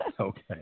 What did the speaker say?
Okay